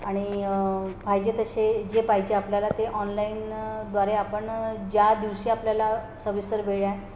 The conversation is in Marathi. आणि पाहिजे तसे जे पाहिजे आपल्याला ते ऑनलाईनद्वारे आपण ज्या दिवशी आपल्याला सविस्तर वेळ आहे